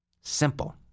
Simple